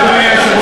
אדוני היושב-ראש,